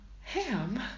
Ham